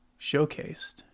showcased